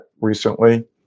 recently